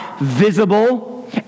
visible